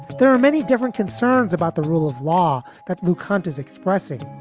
there are many different concerns about the rule of law that lou conte is expressing.